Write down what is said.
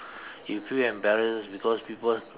you feel embarrassed because people